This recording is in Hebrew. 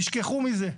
תשכחו מזה.